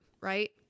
right